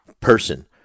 person